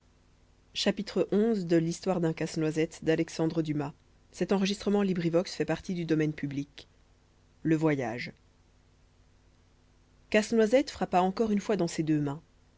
cygnes casse-noisette frappa encore une fois dans ses deux mains